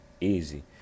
easy